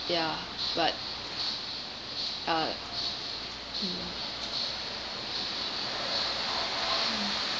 ya but uh